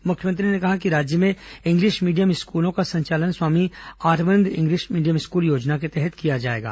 मुख्यमंत्री ने कहा कि राज्य में इंग्लिश मीडियम स्कूलों का संचालन Swami Atmanand English medium school योजना के तहत किया जाएगा